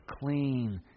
clean